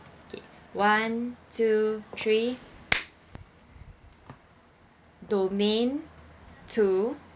K one two three domain two